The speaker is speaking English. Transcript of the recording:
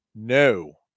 No